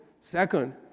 Second